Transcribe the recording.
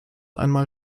einmal